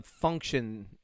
function